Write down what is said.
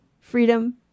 freedom